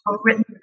written